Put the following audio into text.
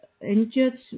injured